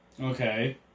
Okay